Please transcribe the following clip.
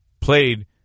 played